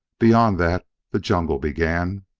beyond that the jungle began,